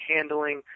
Handling